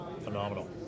Phenomenal